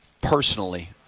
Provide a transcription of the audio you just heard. personally